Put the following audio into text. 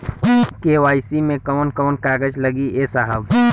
KYC मे कवन कवन कागज लगी ए साहब?